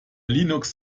linux